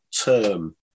term